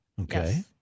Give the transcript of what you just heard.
Okay